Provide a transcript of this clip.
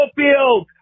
field